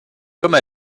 comme